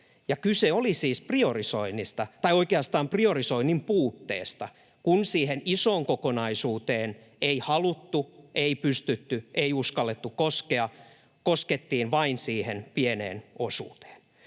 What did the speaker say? Kyse oli siis priorisoinnista tai oikeastaan priorisoinnin puutteesta. Kun siihen isoon kokonaisuuteen ei haluttu, ei pystytty, ei uskallettu koskea, koskettiin vain siihen pieneen osuuteen.